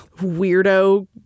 weirdo